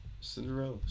Cinderella